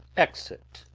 exit.